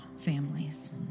families